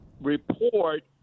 report